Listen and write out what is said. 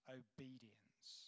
obedience